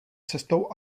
cestou